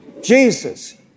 Jesus